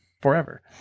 forever